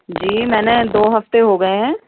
جی میں نے دو ہفتے ہو گئے ہیں